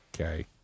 Okay